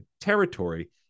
territory